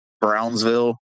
Brownsville